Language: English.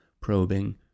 probing